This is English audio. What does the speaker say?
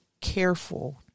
careful